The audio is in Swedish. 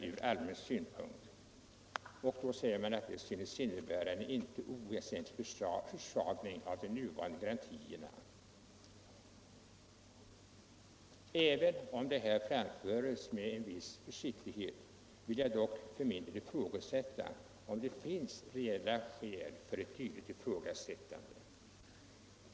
På den punkten säger reservanterna att förslagen synes innebära ”en inte oväsentlig försvagning av de nuvarande garantierna”. Även om reservanternas uppfattning i det stycket framförs med en viss försiktighet, vill jag dock för min del ifrågasätta om det finns reella skäl för ett dylikt påstående.